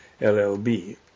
LLB